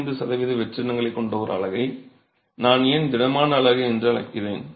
25 சதவீத வெற்றிடங்களைக் கொண்ட ஒரு அலகை நான் ஏன் திடமான அலகு என்று அழைக்கிறேன்